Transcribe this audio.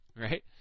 right